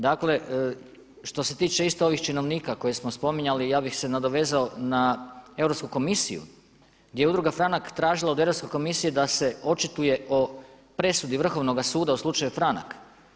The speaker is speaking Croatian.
Dakle, što se tiče isto ovih činovnika koje smo spominjali, ja bih se nadovezao na europsku komisiju gdje je Udruga Franak tražila od Europske komisije da se očituje o presudi Vrhovnoga suda u slučaju Franak.